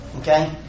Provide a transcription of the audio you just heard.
Okay